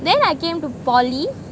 then I came to poly